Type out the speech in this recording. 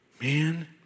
Man